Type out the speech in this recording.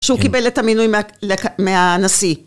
שהוא קיבל את המינוי מהנשיא